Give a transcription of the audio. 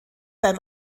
beim